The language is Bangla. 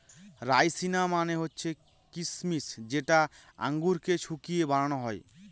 রাইসিনা মানে হচ্ছে কিসমিস যেটা আঙুরকে শুকিয়ে বানানো হয়